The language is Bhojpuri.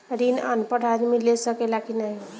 ऋण अनपढ़ आदमी ले सके ला की नाहीं?